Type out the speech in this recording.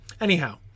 Anyhow